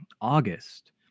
August